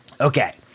Okay